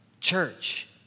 church